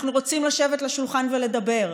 אנחנו רוצים לשבת לשולחן ולדבר.